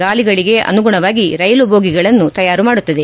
ಗಾಲಿಗಳಿಗೆ ಅನುಗುಣವಾಗಿ ರೈಲು ಬೋಗಿಗಳನ್ನು ತಯಾರು ಮಾಡುತ್ತದೆ